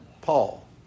Paul